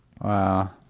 Wow